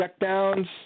checkdowns